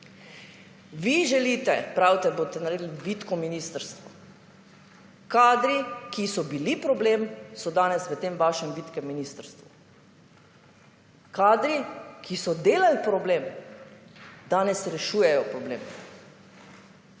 Vi želite… Pravite, da boste naredili vitko ministrstvo. Kadri, ki so bili problem so danes v tem vašem vitkem ministrstvu. Kadri, ki so delali problem danes rešujejo problem.